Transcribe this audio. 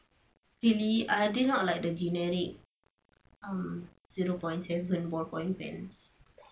really I did not like the generic um zero point seven ball point pen